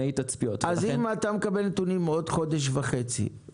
אם אתה מקבל נתונים בעוד חודש וחצי,